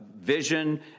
vision